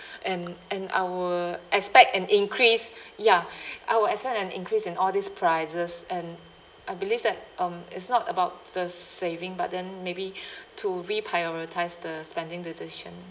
and and I will expect an increase ya I will expect an increase in all these prices and I believe that um it's not about the saving but then maybe to reprioritise the spending decision